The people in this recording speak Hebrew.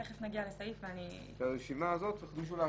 תיכף נגיע לסעיף ואני --- את הרשימה הזאת צריך מישהו לאשר,